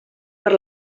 per